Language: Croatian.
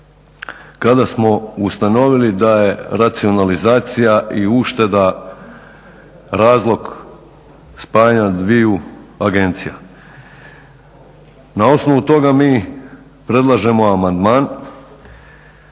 kada smo ustanovili da je racionalizacija i ušteda razlog spajanja dviju agencija. Na osnovu toga mi predlažemo amandman